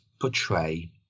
portray